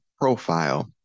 profile